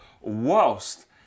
whilst